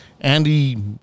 Andy